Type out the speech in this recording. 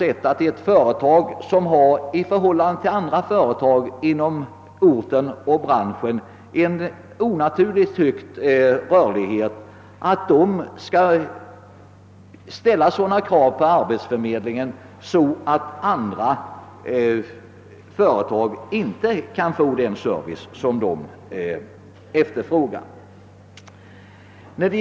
Ett företag som i förhållande till andra företag inom orten och branschen har en onaturligt hög rörlighet skall emellertid inte kunna ställa sådana krav på arbetsförmedlingen att andra företag inte kan få den service som de efterfrågar.